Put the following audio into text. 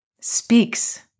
speaks